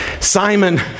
Simon